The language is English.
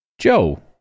Joe